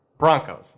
Broncos